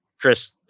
chris